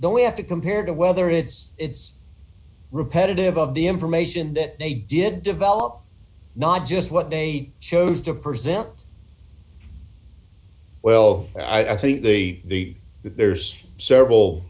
we have to compare to whether it's it's repetitive of the information that d they did develop not just what they chose to present well i think the that there's several